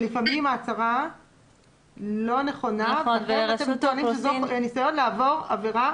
שלפעמים ההצהרה לא נכונה ואתם טוענים שזה ניסיון לעבור עבירה